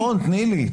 שרון, תני לי.